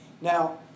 Now